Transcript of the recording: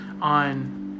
on